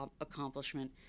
accomplishment